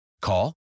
Call